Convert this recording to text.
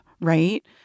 right